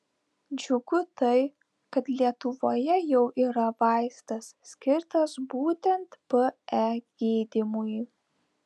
džiugu tai kad lietuvoje jau yra vaistas skirtas būtent pe gydymui